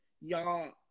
y'all